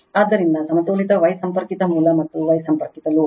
ಆದ್ದರಿಂದ ಸಮತೋಲಿತ Y ಸಂಪರ್ಕಿತ ಮೂಲ ಮತ್ತು Y ಸಂಪರ್ಕಿತ ಲೋಡ್